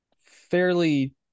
fairly